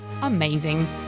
amazing